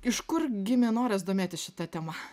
iš kur gimė noras domėtis šita tema